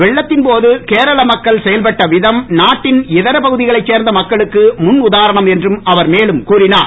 வெள்ளத்தின் போது கேரள மக்கள் செயல்பட்ட விதம் நாட்டின் இதரப் பகுதிகளைச் சேர்ந்த மக்களுக்கு முன் உதாரணம் என்று அவர் மேலும் கூறினார்